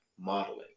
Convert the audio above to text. modeling